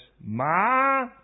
Ma